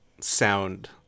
sound